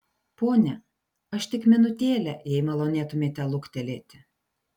pone aš tik minutėlę jei malonėtumėte luktelėti